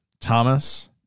Thomas